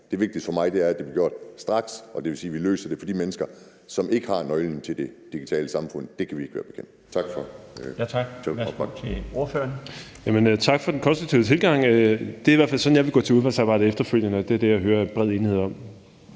Det vigtigste for mig er, at det bliver gjort straks, og det vil sige, at vi løser det for de mennesker, som ikke har nøglen til det digitale samfund, for det kan vi ikke være bekendt. Kl. 17:30 Den fg. formand (Bjarne Laustsen): Ordføreren. Kl. 17:30 Stinus Lindgreen (RV): Tak for den konstruktive tilgang. Det er i hvert fald sådan, jeg vil gå til udvalgsarbejdet efterfølgende, og det er det, jeg hører der er bred enighed om.